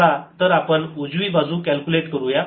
चला तर आपण उजवी बाजू कॅल्क्युलेट करूया